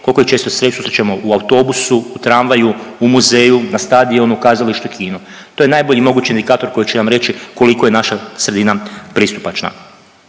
koliko ih često susrećemo u autobusu, u tramvaju, u muzeju, na stadionu, u kazalištu i kinu. To je najbolji mogući indikator koji će nam reći koliko je naša sredina pristupačna.